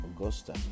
Augusta